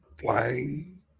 flying